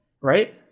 right